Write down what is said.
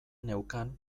neukan